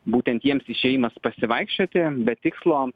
būtent jiems išėjimas pasivaikščioti be tikslo